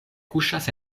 kuŝas